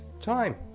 time